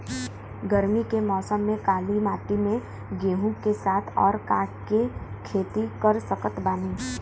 गरमी के मौसम में काली माटी में गेहूँ के साथ और का के खेती कर सकत बानी?